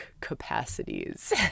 capacities